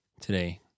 today